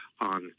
on